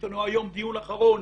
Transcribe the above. יש לנו היום דיון אחרון